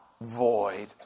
void